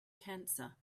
cancer